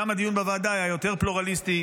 גם הדיון בוועדה היה יותר פלורליסטי,